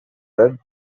red